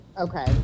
Okay